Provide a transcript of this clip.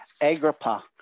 Agrippa